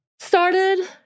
started